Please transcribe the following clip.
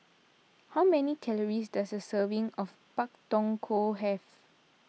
how many calories does a serving of Pak Thong Ko have